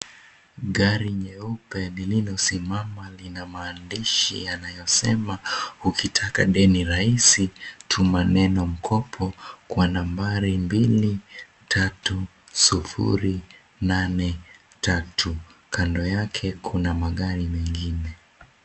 Gari nyeupe lililosimama lina maandishi yanayosema, Ukitaka deni rahisi tuma neno mkopo kwa nambari 23083. Kando yake kuna magari mengine.